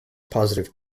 positive